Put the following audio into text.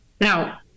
Now